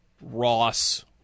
ross